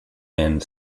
and